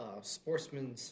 Sportsmen